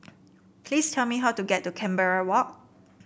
please tell me how to get to Canberra Walk